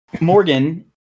Morgan